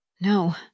No